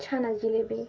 ছানার জিলিপি